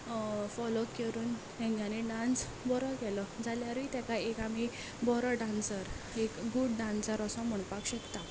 follow करून तेंच्यांनी dance बरो केलो जाल्यारूय ताका एक आमी बरो डांसर एक गूड डांसर असो म्हणपाक शकता